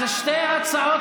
שתי ההצעות